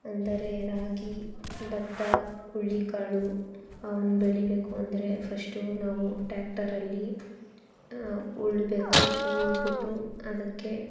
ಅಂದರೆ ರಾಗಿ ಭತ್ತ ಹುರ್ಳಿಕಾಳು ಅವನು ಬೆಳೀಬೇಕು ಅಂದರೆ ಫಶ್ಟು ನಾವು ಟ್ಯಾಕ್ಟರಲ್ಲಿ ಉಳಬೇಕು ಉಳ್ಬಿಟ್ಟು ಅದಕ್ಕೆ